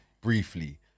briefly